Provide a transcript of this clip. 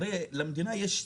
הרי למדינה יש,